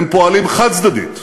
הם פועלים חד-צדדית,